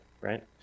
right